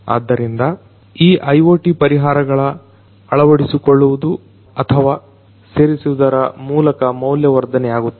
ಆದ್ದರಿಂದ ಈ IoT ಪರಿಹಾರಗಳ ಅಳವಡಿಸಿಕೊಳ್ಳುವುದು ಅಥವಾ ಸೇರಿಸುವುದರ ಮೂಲಕ ಮೌಲ್ಯವರ್ಧನೆಯಾಗುತ್ತದೆ